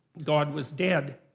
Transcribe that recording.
god was dead.